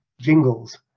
jingles